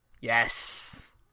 Yes